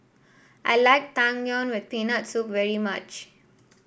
I like Tang Yuen with Peanut Soup very much